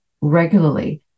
regularly